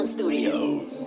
Studios